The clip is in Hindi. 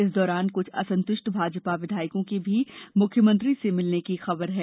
इस दौरान कुछ असंतृष्ट भाजपा विधायकों के भी मुख्यमंत्री से मिलने की खबर है